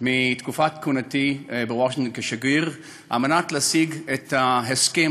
מתקופת כהונתי בוושינגטון כשגריר להשיג את ההסכם